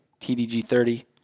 TDG30